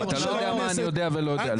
כשאנחנו מדברים ובאים ותוקפים בן אדם שרוצה לשנות,